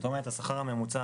בתוספת 2.